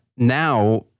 Now